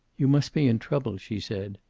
you must be in trouble, she said.